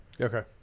Okay